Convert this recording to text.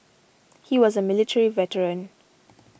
he was a military veteran